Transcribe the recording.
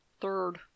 Third